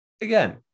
again